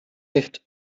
ligt